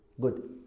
Good